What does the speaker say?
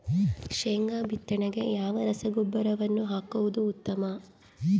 ಶೇಂಗಾ ಬಿತ್ತನೆಗೆ ಯಾವ ರಸಗೊಬ್ಬರವನ್ನು ಹಾಕುವುದು ಉತ್ತಮ?